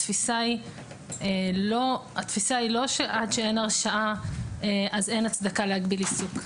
התפיסה היא לא שעד שאין הרשאה אין הצדקה להגיל עיסוק.